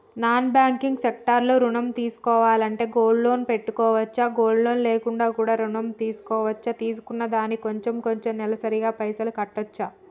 Non banking sector లో ఋణం తీసుకోవాలంటే గోల్డ్ లోన్ పెట్టుకోవచ్చా? గోల్డ్ లోన్ లేకుండా కూడా ఋణం తీసుకోవచ్చా? తీసుకున్న దానికి కొంచెం కొంచెం నెలసరి గా పైసలు కట్టొచ్చా?